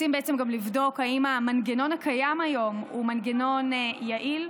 רוצים בעצם גם לבדוק אם המנגנון הקיים היום הוא מנגנון יעיל,